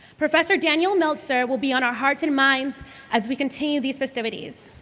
professor daniel meltzer will be on our hearts and minds as we continue these festivities.